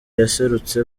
yaserutse